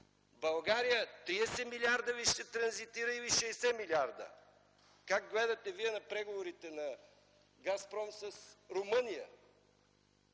България 30 милиарда ли ще транзитира, или 60 млрд. куб. м? Как гледате Вие на преговорите на „Газпром” с Румъния